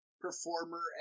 performer